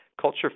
culture